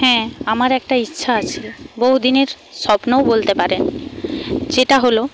হ্যাঁ আমার একটা ইচ্ছা আছে বহুদিনের স্বপ্নও বলতে পারেন যেটা হল